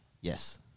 Yes